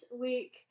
week